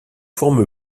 forme